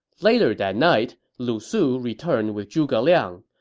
later that night, lu su returned with zhuge liang.